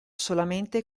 solamente